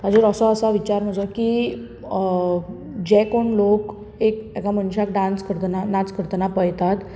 ताजेर असो आसा विचार म्हजो की जे कोण लोक एक एका मनशाक डान्स करतना नाच करतना पळयतात